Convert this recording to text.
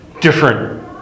different